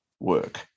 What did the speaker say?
work